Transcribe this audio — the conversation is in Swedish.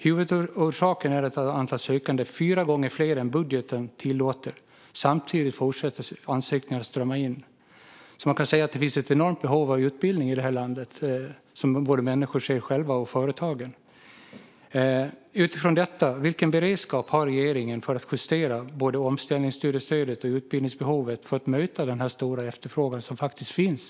Huvudorsaken är att antalet sökande är fyra gånger större än budgeten tillåter. Samtidigt fortsätter ansökningar att strömma in. Man kan säga att det finns ett enormt behov av utbildning i det här landet, något som både människor själva och företagen ser. Utifrån detta vill jag fråga vilken beredskap regeringen har för att justera både omställningsstudiestödet och utbildningsutbudet för att möta den stora efterfrågan som finns.